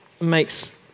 makes